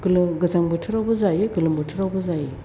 गोजां बोथोरावबो जायो गोलोम बोथोरावबो जायो